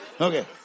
Okay